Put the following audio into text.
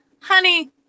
honey